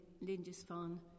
Lindisfarne